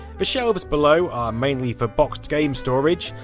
the shelves below are mainly for boxed game storage.